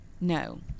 No